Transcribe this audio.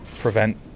prevent